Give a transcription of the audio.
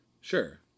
sure